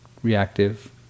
reactive